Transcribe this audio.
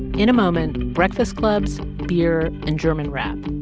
in a moment, breakfast clubs, beer and german rap.